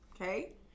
Okay